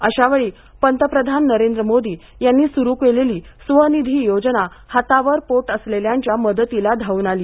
अशा वेळी पंतप्रधान नरेंद्र मोदी यांनी स्रु केलेली स्वनिधी योजना हातावर पोट असलेल्यांच्या मदतीला धावून आली